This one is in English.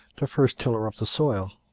the first tiller of the soil